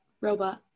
robot